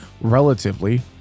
relatively